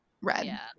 red